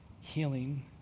healing